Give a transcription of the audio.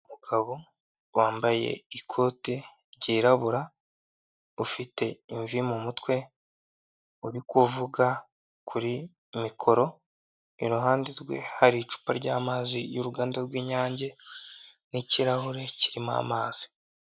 Umugabo wambaye ikote ryirabura, ufite imvi mu mutwe, uri kuvuga kuri mikoro, iruhande rwe hari icupa ry'amazi y'uruganda rw'lnyange, n'ikirahure kirimo amazi.